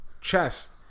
chest